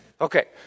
Okay